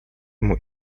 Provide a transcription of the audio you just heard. ему